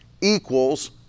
equals